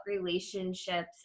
relationships